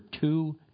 two